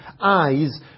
eyes